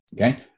okay